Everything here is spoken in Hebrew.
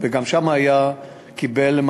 והוא קיבל,